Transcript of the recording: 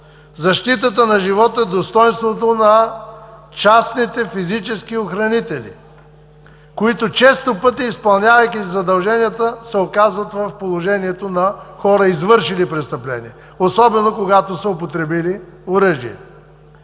защитата на живота, достойнството на частните физически охранители, които често пъти, изпълнявайки задълженията си, се оказват в положението на хора, извършили престъпление, особено когато са употребили оръжие.